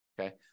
okay